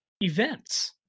events